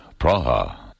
Praha